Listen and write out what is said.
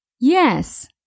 Yes